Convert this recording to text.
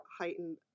heightened